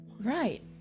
Right